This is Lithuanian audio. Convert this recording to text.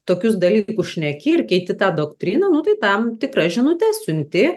tokius dalykus šneki ir keiti tą doktriną nu tai tam tikras žinutes siunti